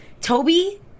Toby